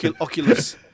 Oculus